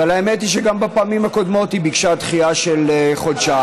אבל האמת היא שגם בפעמים הקודמות היא ביקשה דחייה של חודשיים,